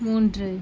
மூன்று